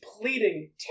pleading